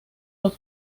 los